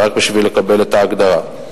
זה רק בשביל לקבל את ההגדרה.